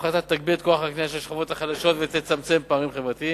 ההפחתה תגביר את כוח הקנייה של השכבות החלשות ותצמצם פערים חברתיים,